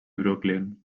brooklyn